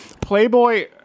playboy